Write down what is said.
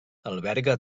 alberga